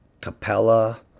Capella